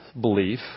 belief